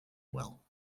well